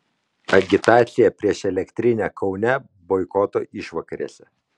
agitacija prieš elektrinę kaune boikoto išvakarėse